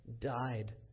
died